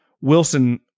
Wilson